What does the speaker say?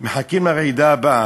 מחכים לרעידה הבאה.